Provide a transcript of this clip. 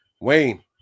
Wayne